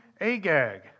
Agag